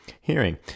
hearing